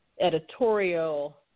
editorial